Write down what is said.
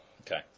Okay